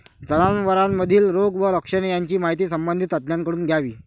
जनावरांमधील रोग व लक्षणे यांची माहिती संबंधित तज्ज्ञांकडून घ्यावी